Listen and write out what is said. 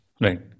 Right